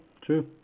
true